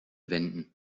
wenden